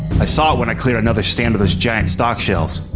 i saw it when i clear another stand of this giant stock shelves.